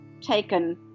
taken